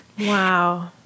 Wow